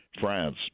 France